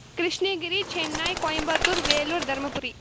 Krishnagiri Chennai Coimbatore Vellore Dharmapuri